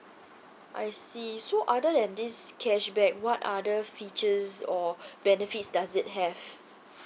I see so other than this cashback what other features or benefits does it have